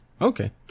Okay